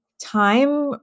time